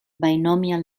binomial